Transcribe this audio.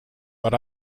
but